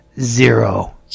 zero